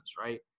right